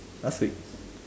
last week